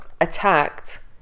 attacked